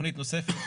תכנית נוספת,